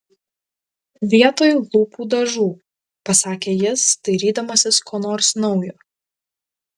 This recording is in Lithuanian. vietoj lūpų dažų pasakė jis dairydamasis ko nors naujo